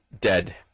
dead